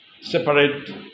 separate